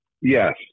Yes